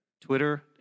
Twitter